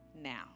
now